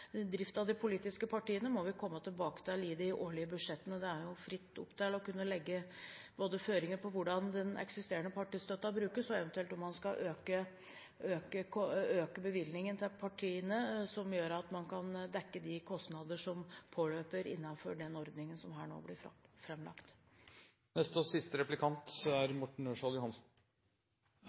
drift av de politiske partiene, må vi komme tilbake til i de årlige budsjettene. Det er fritt fram for å legge føringer for både hvordan den eksisterende partistøtten brukes, og eventuelt om man skal øke bevilgningen til partiene, som gjør at man kan dekke de kostnader som påløper innenfor den ordningen som nå blir framlagt. Til mitt første spørsmål forsto jeg det sånn at i stedet for å vedta et lovverk som hindrer at uheldige episoder kan oppstå og